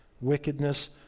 wickedness